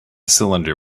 cylinder